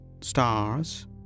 stars